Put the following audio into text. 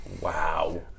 Wow